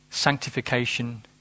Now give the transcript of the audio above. Sanctification